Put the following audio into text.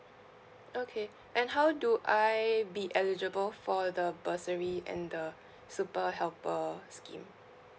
okay and how do I be eligible for the bursary and the super helper scheme